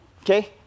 okay